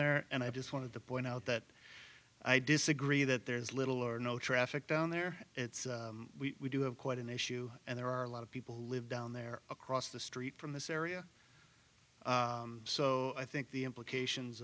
there and i just wanted to point out that i disagree that there is little or no traffic down there we do have quite an issue and there are a lot of people who live down there across the street from this area so i think the implications